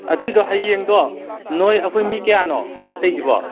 ꯑꯗꯨꯏꯗꯣ ꯍꯌꯦꯡꯗꯣ ꯅꯣꯏ ꯑꯩꯈꯣꯏ ꯃꯤ ꯀꯌꯥꯅꯣ ꯆꯠꯇꯣꯏꯁꯤꯕꯣ